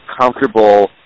comfortable